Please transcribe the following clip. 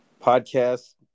Podcast